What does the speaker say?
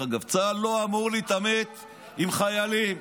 צה"ל לא אמור להתעמת עם אזרחים.